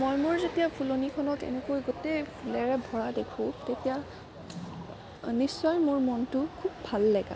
মই মোৰ যেতিয়া ফুলনিখনত এনেকৈ গোটেই ফুলেৰে ভৰা দেখো তেতিয়া নিশ্চয় মোৰ মনতো খুব ভাল লগা